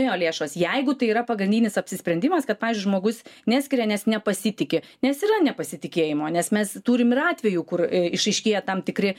nuėjo lėšos jeigu tai yra pagrindinis apsisprendimas kad pavyzdžiui žmogus neskiria nes nepasitiki nes yra nepasitikėjimo nes mes turim ir atvejų kur išaiškėja tam tikri